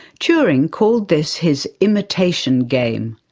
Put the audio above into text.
turing called this his imitation game,